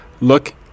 Look